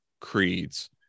creeds